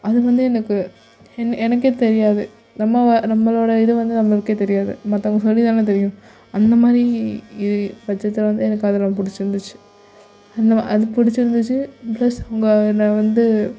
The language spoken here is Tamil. அது வந்து எனக்கு என்ன எனக்கே தெரியாது நம்மவா நம்மளோடய இது வந்து நம்மளுக்கே தெரியாது மற்றவங்க சொல்லி தானே தெரியும் அந்தமாதிரி இது பட்சத்தில் வந்து எனக்கு அதெல்லாம் பிடிச்சிருந்துச்சி அந்தமா அது பிடிச்சிருந்துச்சி பிளஸ் உங்கள் நான் வந்து